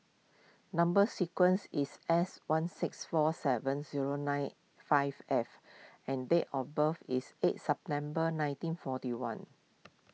Number Sequence is S one six four seven zero nine five F and date of birth is eight September nineteen forty one